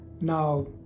Now